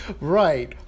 right